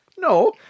No